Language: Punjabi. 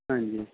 ਹਾਂਜੀ